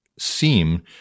seem